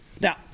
Now